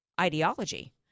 ideology